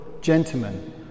Gentlemen